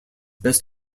best